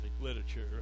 literature